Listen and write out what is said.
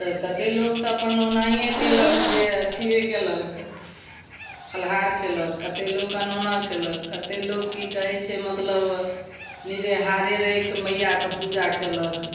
कतेक लोक तऽ अपन ओनाहिए कएलक जे अथिए कएलक फलाहार कएलक कतेक लोक अनोना कएलक कतेक लोक कि कहै छै मतलब निरेहारे रहिके मइआके पूजा कएलक